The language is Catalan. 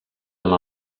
amb